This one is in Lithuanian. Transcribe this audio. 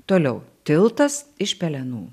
toliau tiltas iš pelenų